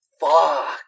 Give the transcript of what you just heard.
fuck